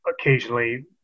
occasionally